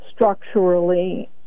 Structurally